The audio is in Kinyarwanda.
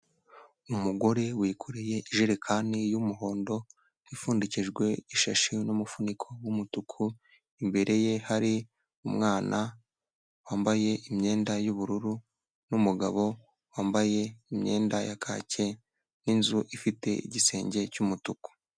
Umugore wikoreye ijerekani y'umuhondo ipfundikijwe ishashi n'umufuniko w'umutuku, imbere ye hari umwana wambaye imyenda y'ubururu n'umugabo wambaye imyenda ya kake n'inzu ifite igisenge cy'umutuku.